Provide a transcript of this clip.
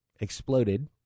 exploded